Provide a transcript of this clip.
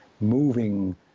moving